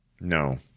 No